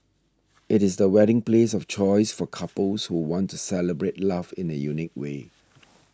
it is the wedding place of choice for couples who want to celebrate love in a unique way